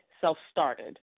self-started